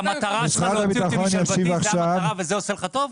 המטרה שלך היא להוציא אותי משלוותי וזה עושה לך טוב?